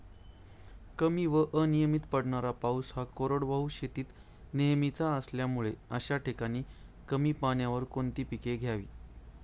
कमी व अनियमित पडणारा पाऊस हा कोरडवाहू शेतीत नेहमीचा असल्यामुळे अशा ठिकाणी कमी पाण्यावर कोणती पिके घ्यावी?